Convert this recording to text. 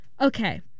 Okay